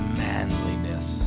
manliness